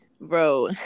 Bro